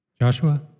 Joshua